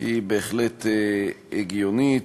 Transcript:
היא בהחלט הגיונית.